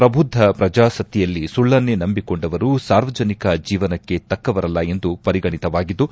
ಪ್ರಬುದ್ದ ಪ್ರಜಾಸತ್ತೆಯಲ್ಲಿ ಸುಳ್ಳನ್ನೇ ನಂಬಿಕೊಂಡವರು ಸಾರ್ವಜನಿಕ ಜೀವನಕ್ಕೆ ತಕ್ಕವರಲ್ಲ ಎಂದು ಪರಿಗಣಿತವಾಗಿದ್ದು